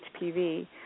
HPV